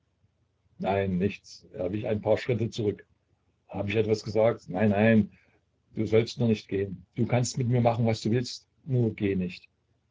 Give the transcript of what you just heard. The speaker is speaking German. nein nichts er wich ein paar schritte zurück hab ich etwas gesagt nein nein du sollst nur nicht gehen du kannst mit mir machen was du willst nur geh nicht